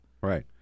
Right